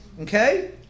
okay